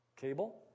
cable